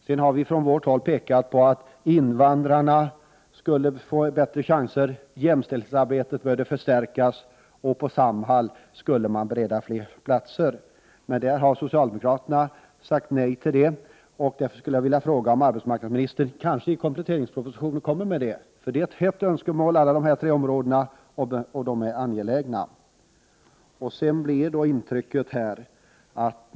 Vi har från vårt håll framhållit att invandrarna borde få bättre chanser, att jämställdhetsarbetet borde förstärkas och att det skulle beredas fler platser på Samhall. Men socialdemokraterna har sagt nej till detta, och därför skulle jag vilja fråga om arbetsmarknadsministern kanske i kompletteringspropositionen ämnar lägga fram förslag härvidlag. Det är nämligen ett hett önskemål att behoven på alla dessa tre områden skall tillgodoses. Det rör sig om angelägna ting.